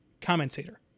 commentator